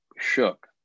shook